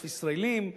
ישראלים.